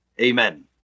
Amen